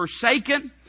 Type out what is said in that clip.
forsaken